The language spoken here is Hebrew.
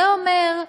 זה אומר,